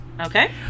Okay